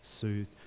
soothed